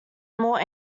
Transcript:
more